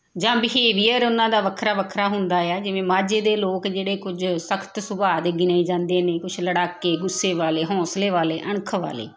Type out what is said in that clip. ਜਾਂ ਬਿਹੇਵੀਅਰ ਉਹਨਾਂ ਦਾ ਵੱਖਰਾ ਵੱਖਰਾ ਹੁੰਦਾ ਆ ਜਿਵੇਂ ਮਾਝੇ ਦੇ ਲੋਕ ਜਿਹੜੇ ਕੁਝ ਸਖਤ ਸੁਭਾਅ ਦੇ ਗਿਣੇ ਜਾਂਦੇ ਨੇ ਕੁਛ ਲੜਾਕੇ ਗੁੱਸੇ ਵਾਲੇ ਹੌਸਲੇ ਵਾਲੇ ਅਣਖ ਵਾਲੇ